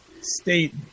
state